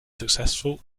successful